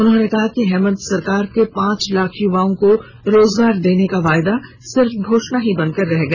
उन्होंने कहा कि हेमन्त सरकार का पांच लाख युवाओं को रोजगार देने का वादा सिर्फ घोषणा ही बनकर रह गया